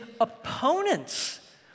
opponents